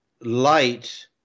light